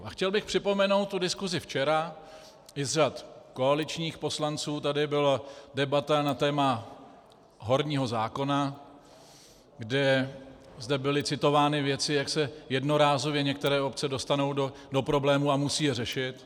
A chtěl bych připomenout diskusi včera, kdy i z řad koaličních poslanců tady byla debata na téma horního zákona, kde zde byly citovány věci, jak se jednorázově některé obce dostanou do problémů a musí je řešit.